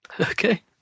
Okay